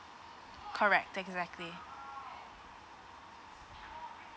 correct exactly